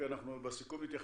אנחנו בסיכום נתייחס לזה.